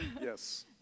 Yes